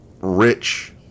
rich